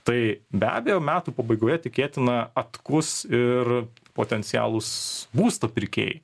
tai be abejo metų pabaigoje tikėtina atkus ir potencialūs būsto pirkėjai